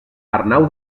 arnau